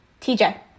TJ